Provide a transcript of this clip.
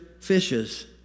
fishes